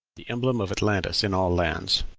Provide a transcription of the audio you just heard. the emblem of atlantis in all lands.